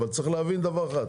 אבל צריך להבין דבר אחד: